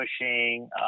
pushing